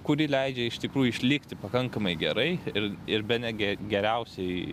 kuri leidžia iš tikrųjų išlikti pakankamai gerai ir ir bene ge geriausiai